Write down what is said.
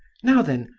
now then,